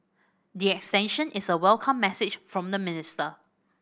the extension is a welcome message from the minister